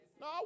No